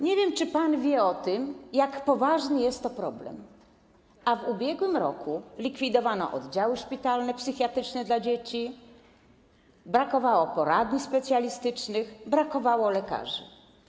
Nie wiem, czy pan wie o tym, jak poważny jest to problem, a w ubiegłym roku likwidowano oddziały szpitalne psychiatryczne dla dzieci, brakowało poradni specjalistycznych, brakowało lekarzy.